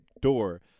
door